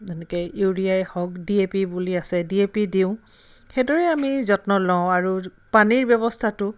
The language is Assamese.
যেনেকৈ ইউৰিয়াই হওক ডি এ পি বুলি আছে ডি এ পি দিওঁ সেইদৰে আমি যত্ন লওঁ আৰু পানীৰ ব্যৱস্থাটো